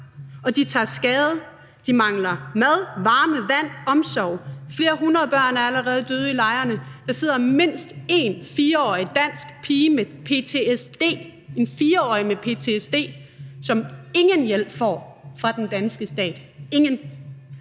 og de tager skade, de mangler mad, varme, vand og omsorg. Flere hundrede børn er allerede døde i lejrene. Der sidder mindst én 4-årig dansk pige med ptsd – en 4-årig med ptsd! – som ingen hjælp får fra den danske stat, også